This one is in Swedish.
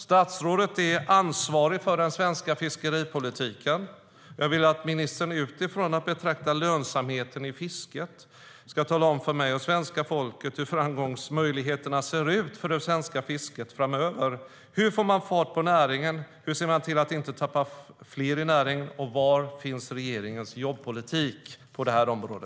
Statsrådet är ansvarig för den svenska fiskeripolitiken. Jag vill att ministern utifrån att betrakta lönsamheten i fisket ska tala om för mig och svenska folket hur framgångsmöjligheterna ser ut för det svenska fisket framöver. Hur får man fart på näringen? Hur ser man till att inte tappa fler i näringen? Var finns regeringens jobbpolitik på detta område?